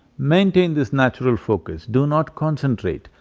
maintain this natural focus, do not concentrate,